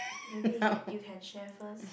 maybe you can you can share first